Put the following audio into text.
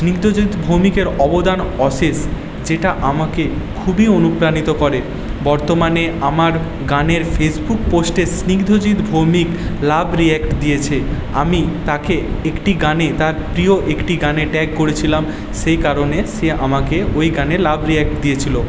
স্নিগ্ধজিৎ ভৌমিকের অবদান অশেষ যেটা আমাকে খুবই অনুপ্রাণিত করে বর্তমানে আমার গানের ফেসবুক পোস্টে স্নিগ্ধজিৎ ভৌমিক লাভ রিঅ্যাক্ট দিয়েছে আমি তাকে একটি গানে তার প্রিয় একটি গানে ট্যাগ করেছিলাম সেই কারণে সে আমাকে ওই গানে লাভ রিঅ্যাক্ট দিয়েছিলো